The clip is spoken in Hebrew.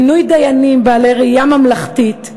מינוי דיינים בעלי ראייה ממלכתית,